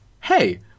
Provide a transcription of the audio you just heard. Hey